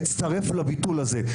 אצטרף לביטול הזה.